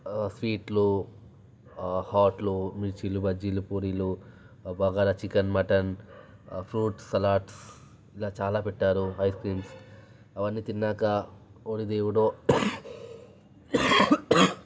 స్వీట్లు హాట్లు మిర్చీలు బజ్జీలు పూరీలు bagara chicken mutton fruits salads ఇలా చాలా పెట్టారు ఐస్ క్రీమ్స్ అవన్నీ తిన్నాకా ఓరి దేవుడో